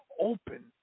open